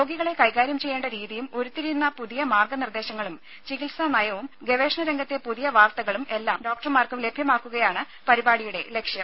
രോഗികളെ കൈകാര്യം ചെയ്യേണ്ട രീതിയും ഉരുത്തിരിയുന്ന പുതിയ മാർഗ്ഗ നിർദ്ദേശങ്ങളും ചികിത്സാ നയവും ഗവേഷണരംഗത്തെ പുതിയ വാർത്തകളും എല്ലാ ഡോക്ടർമാർക്കും ലഭ്യമാക്കുകയാണ് പരിപാടിയുടെ ലക്ഷ്യം